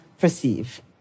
perceive